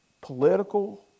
political